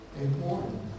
important